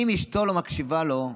אם אשתו לא מקשיבה לו,